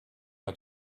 how